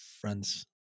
friends